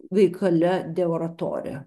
veikale de oratore